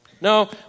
No